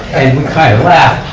and we kind of laughed.